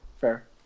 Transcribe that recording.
fair